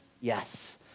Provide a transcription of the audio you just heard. yes